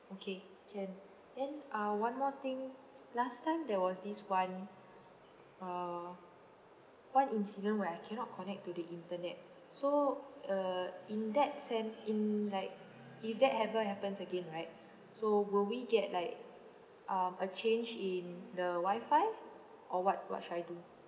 okay can then uh one more thing last time there was this one uh one incident where I cannot connect to the internet so uh in that sen~ in like if that ever happens again right so will we get like um a change in the wifi or what what should I do